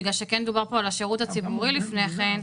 בגלל שכן דובר פה על השירות הציבורי לפני כן.